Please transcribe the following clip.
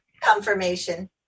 confirmation